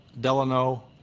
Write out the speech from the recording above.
Delano